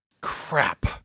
crap